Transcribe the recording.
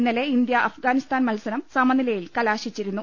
ഇന്നലെ ഇന്ത്യ അഫ്ഗാനിസ്താൻ മത്സരം സമനിലയിൽ കലാശിച്ചിരുന്നു